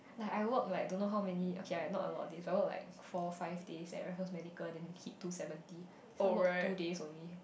like I work like don't know how many okay ah not a lot of days but I work like four five days at Raffles-Medical then hit two seventy this one work two days only